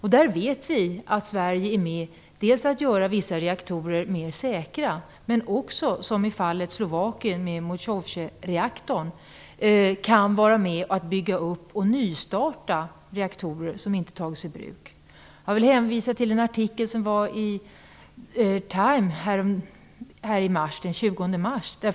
Vi vet att Sverige är med dels när det gäller att göra vissa reaktorer säkrare, dels - som i fallet med Mochovcereaktorn i Slovakien - när det gäller att bygga upp och nystarta reaktorer som inte tagits i bruk. Jag vill hänvisa till en artikel i tidningen Times den 20 mars.